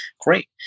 Great